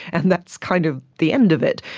and that's kind of the end of it.